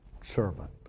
servant